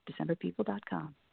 DecemberPeople.com